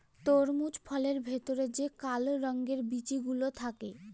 তরমুজ ফলের ভেতরে যে কালো রঙের বিচি গুলো থাকে